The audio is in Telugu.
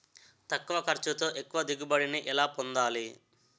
తక్కువ ఖర్చుతో ఎక్కువ దిగుబడి ని ఎలా పొందాలీ?